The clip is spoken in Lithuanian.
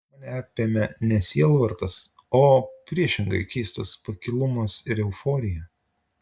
mane apėmė ne sielvartas o priešingai keistas pakilumas ir euforija